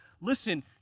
listen